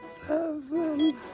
Seven